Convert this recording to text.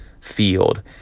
field